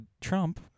Trump